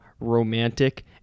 romantic